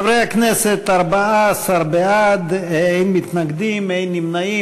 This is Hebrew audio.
חברי הכנסת, 14 בעד, אין מתנגדים, אין נמנעים.